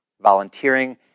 volunteering